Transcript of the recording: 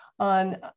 on